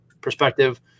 perspective